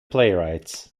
playwright